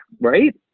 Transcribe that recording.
right